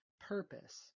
purpose